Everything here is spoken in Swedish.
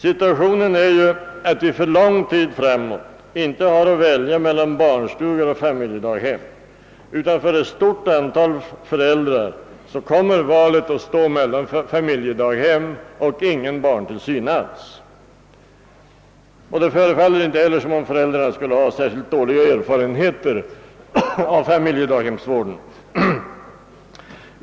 Situationen är ju den, att man för lång tid framåt inte har att välja mellan barnstugor och familjedaghem, utan för ett stort antal föräldrar kommer valet att stå mellan familjedaghem och ingen barntillsyn alls. Det förefaller inte heller som om föräldrarna skulle ha särskilt dåliga erfarenheter av familjedaghemsvården.